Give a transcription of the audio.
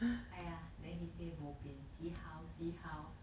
!aiya! then he say bopian see how see how